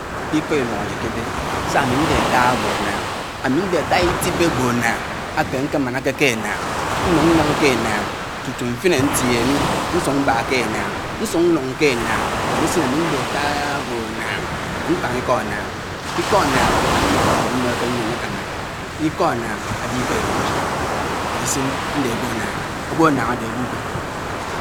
Íkò ítùñ ájíd kédé sá ámì ñdé áttá ágwò ánááñ. Ámìñdé àttà ítìbé ágwò ánááñ áñké ñkémánáké ké ánààñ, nùñ ñnùñ ké ànààñ tùtù mfìn àntiéñé mí ñsùk mbà ké ànàáñ, ñsùk ñuìn kè ànààñ àyésin ámi ñdé áttááá ágwò ánááñ. Ñtàñ íkó ánáán, íkò ánááñ ádé íkó áké áménéké ñyíen ákáná, íkó ánááñ àdé íkó ítùñ ájid, àñyésin ñdé ágrò ánááñ. Ágwò ánááñ ádé ágwò ìkò.